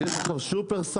יש עכשיו שופרסל,